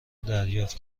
دریافت